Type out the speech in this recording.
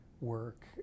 work